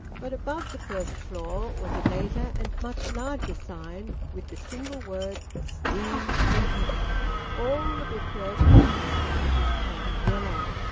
but above the first floor was a later and much larger sign, with the single word, steam-printing. all the brickwork of the facade was painted yellow,